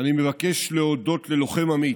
אני מבקש להודות ללוחם אמיץ,